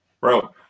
Bro